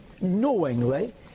knowingly